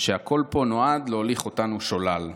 שהכול פה נועד כדי להוליך אותנו שולל.